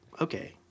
okay